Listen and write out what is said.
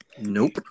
nope